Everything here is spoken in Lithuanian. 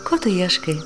ko tu ieškai